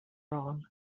wrong